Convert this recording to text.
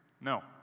no